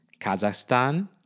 Kazakhstan